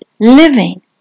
living